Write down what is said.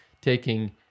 taking